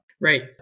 Right